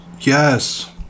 yes